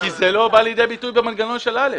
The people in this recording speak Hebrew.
כי זה לא בא לידי ביטוי במנגנון של (א).